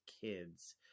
kids